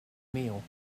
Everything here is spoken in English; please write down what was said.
meal